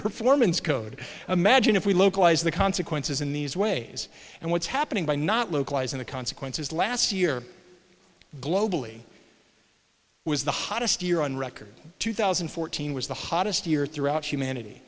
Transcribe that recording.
performance code imagine if we localize the consequences in these ways and what's happening by not localizing the consequences last year globally was the hottest year on record two thousand and fourteen was the hottest year throughout humanity